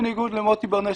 בניגוד למוטי ברנס,